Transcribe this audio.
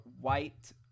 white